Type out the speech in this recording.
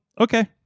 Okay